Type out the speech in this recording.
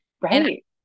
right